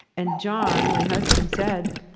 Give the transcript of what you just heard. and john, my husband, said,